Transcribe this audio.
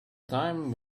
time